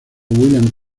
william